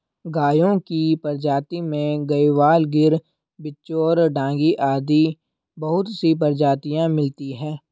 गायों की प्रजाति में गयवाल, गिर, बिच्चौर, डांगी आदि बहुत सी प्रजातियां मिलती है